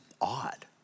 odd